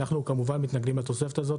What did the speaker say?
אנחנו כמובן מתנגדים לתוספת הזו,